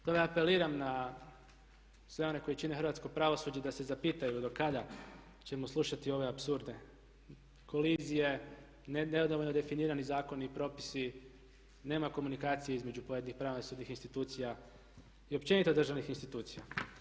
Stoga apeliram na sve one koji čine hrvatsko pravosuđe da se zapitaju do kada ćemo slušati ove apsurde kolizije, nedovoljno definirani zakoni i propisi, nema komunikacije između pojedinih pravosudnih institucija i općenito državnih institucija.